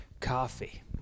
Coffee